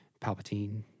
Palpatine